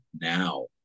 now